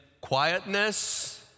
quietness